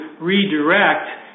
redirect